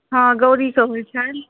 हँ गौरीके होइत छनि